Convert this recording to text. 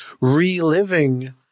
reliving